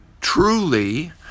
truly